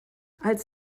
als